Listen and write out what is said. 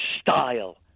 style